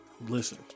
Listen